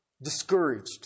discouraged